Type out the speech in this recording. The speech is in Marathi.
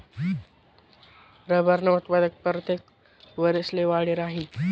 रबरनं उत्पादन परतेक वरिसले वाढी राहीनं